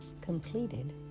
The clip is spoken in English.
completed